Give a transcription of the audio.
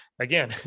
again